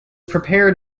prepared